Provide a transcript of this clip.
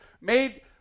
made